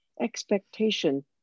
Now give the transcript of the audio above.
expectation